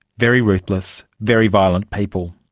very ruthless, very violent people.